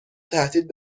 تهدید